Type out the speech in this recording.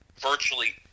virtually